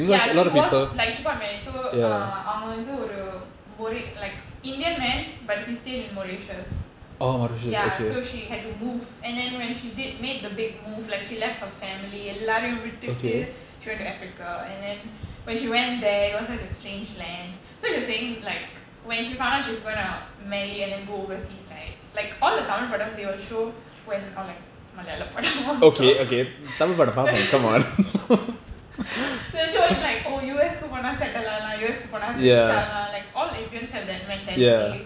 ya she was like she got married so uh அவங்கவந்துஒரு:avanka vandhu oru like indian man but he said in mauritius ya so she had to move and then when she did made the big move like she left her family எல்லாரையும்விட்டுட்டு:ellarayum vittutu she went to africa and then when she went there it was like a strange land so she was saying like when she found out she's gonna marry and then go overseas right like all the தமிழ்ப்படம்:tamizhpadam they will show when or like மலையாளம்படம்:malayalam padam so like oh U_S குபோனா:ku ponaa settle ஆகலாம்:aakalam U_S குபோனா:ku ponaa rich ஆகலாம்:aakalam all indians have that mentality